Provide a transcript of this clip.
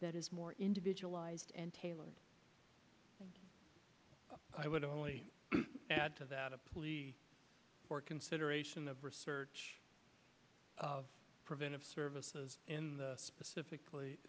that is more individualized and tailor i would only add to that a plea for consideration of research of preventive services in the specifically